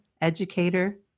educator